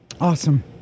Awesome